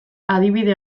adibide